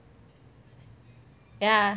ya